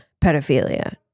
pedophilia